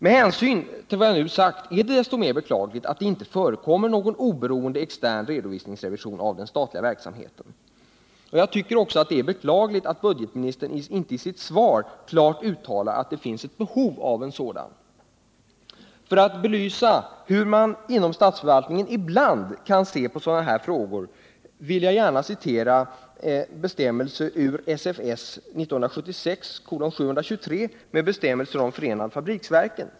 Med hänsyn till vad jag nu har sagt är det så mycket mer beklagligt att det inte förekommer någon oberoende extern redovisningsrevision av den statliga verksamheten. Jag tycker också att det är beklagligt att budgetministern i sitt svar:inte klart uttalat att det firins ett behov av en sådan. För att belysa hur man inom statsförvaltningen ibland kan se på sådana här frågor vill jag gärna citera ur SFS 1976:723 om förenade fabriksverken.